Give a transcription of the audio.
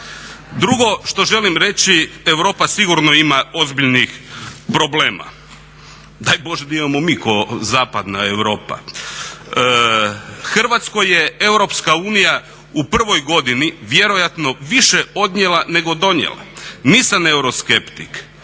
Drugo što želim reći, Europa sigurno ima ozbiljnih problema. Daj Bože da imamo mi kao zapadna Europa. Hrvatskoj je Europska unija u prvoj godini vjerojatno više odnijela nego donijela. Nisam euroskeptik.